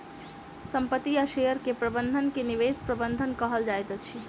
संपत्ति आ शेयर के प्रबंधन के निवेश प्रबंधन कहल जाइत अछि